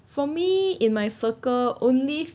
for me in my circle only